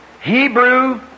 Hebrew